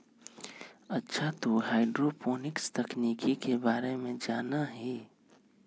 अच्छा तू हाईड्रोपोनिक्स तकनीक के बारे में जाना हीं?